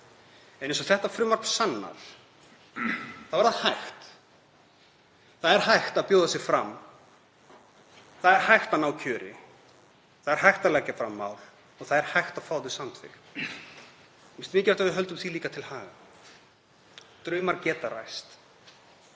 En eins og þetta frumvarp sannar þá er það hægt. Það er hægt að bjóða sig fram, það er hægt að ná kjöri, það er hægt að leggja fram mál og það er hægt að fá þau samþykkt. Mér finnst mikilvægt að við höldum því líka til haga. Draumar geta ræst.